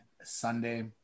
Sunday